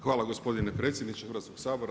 Hvala gospodine predsjedniče Hrvatskog sabora.